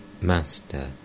Master